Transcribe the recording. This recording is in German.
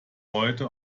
heute